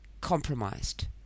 compromised